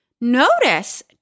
Notice